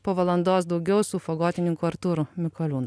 po valandos daugiau su fagotininku artūru mikoliūnu